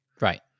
right